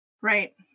Right